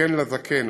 "כן לזקן",